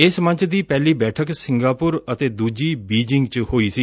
ਇਸ ਮੰਚ ਦੀ ਪੂਹਿਲੀ ਬੈਠਕ ਸਿੰਗਾਪੁਰ ਅਤੇ ਦੁਜੀ ਬੀਜਿੰਗ ਚ ਹੋਈ ਸੀ